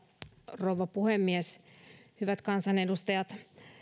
rouva puhemies hyvät kansanedustajat